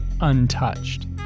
untouched